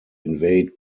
invade